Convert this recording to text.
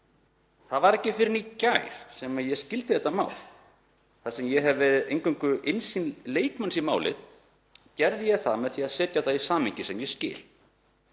Það var ekki fyrr en í gær sem ég skildi þetta mál. Þar sem ég hef eingöngu innsýn leikmanns í málið gerði ég það með því að setja það í samhengi sem ég skil.